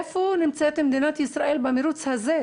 במרוץ, היכן נמצאת מדינת ישראל במרוץ הזה?